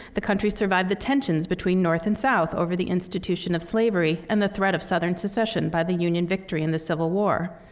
the country survived the tensions between north and south over the institution of slavery and the threat of southern secession by the union victory in the civil war.